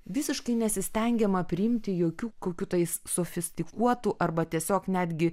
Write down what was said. visiškai nesistengiama priimti jokių kokių tais sofistikuotų arba tiesiog netgi